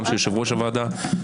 גם של יושב-ראש הוועדה,